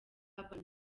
urban